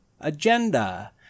Agenda